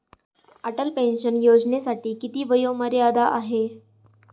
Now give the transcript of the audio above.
Atal pension योजनेसाठी किती वयोमर्यादा आहे?